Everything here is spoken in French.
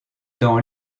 dans